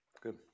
Good